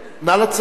נא לצאת.